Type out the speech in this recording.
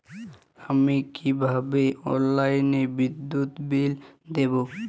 আমি কিভাবে অনলাইনে বিদ্যুৎ বিল দেবো?